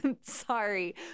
Sorry